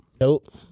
Nope